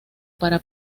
para